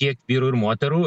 kiek vyrų ir moterų